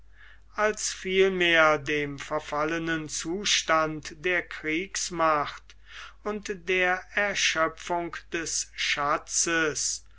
als vielmehr dem verfallenen zustand der kriegsmacht und der erschöpfung des schatzes